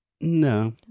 No